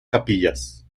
capillas